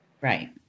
right